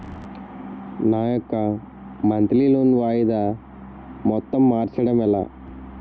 నా యెక్క monthly loan వాయిదా మొత్తం మార్చడం ఎలా?